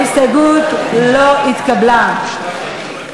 ההסתייגות (168)